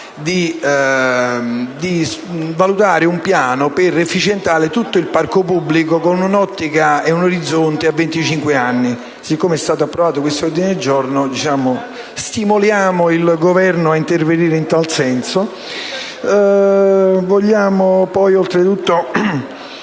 di valutare un piano per efficientare tutto il patrimonio immobiliare pubblico, con un orizzonte a venticinque anni. Siccome è stato approvato questo ordine del giorno, stimoliamo il Governo ad intervenire in tal senso.